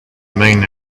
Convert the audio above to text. main